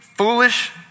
Foolish